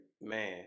man